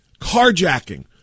carjacking